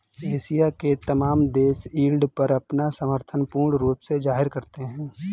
Asia के तमाम देश यील्ड पर अपना समर्थन पूर्ण रूप से जाहिर करते हैं